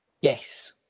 yes